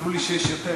אמרו לי שיש יותר.